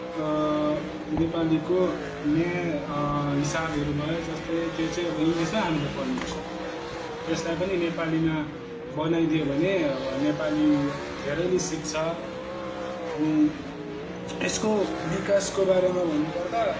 नेपालीको म्या हिसाबहरू भयो जस्तै त्यो चाहिँ अब इङ्ग्लिसमै हामीले पढ्नु पर्छ त्यसलाई पनि नेपालीमा बनाइदियो भने नेपाली धेरैले सिक्छ अनि यसको बिकासको बारेमा भन्नुपर्दा